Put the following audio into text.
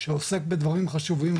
שעוסק בדברים חשובים,